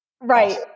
Right